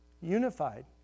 unified